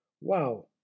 Wow